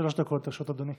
שלוש דקות לרשות אדוני.